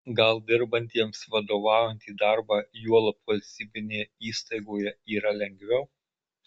gal dirbantiems vadovaujantį darbą juolab valstybinėje įstaigoje yra lengviau